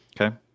Okay